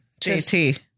JT